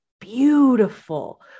beautiful